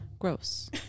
gross